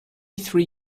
three